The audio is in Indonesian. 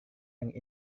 yang